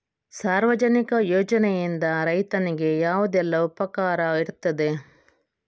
ಸಾರ್ವಜನಿಕ ಯೋಜನೆಯಿಂದ ರೈತನಿಗೆ ಯಾವುದೆಲ್ಲ ಉಪಕಾರ ಇರ್ತದೆ?